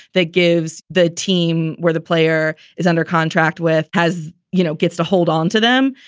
that gives the team where the player is under contract with has you know, gets to hold on to them.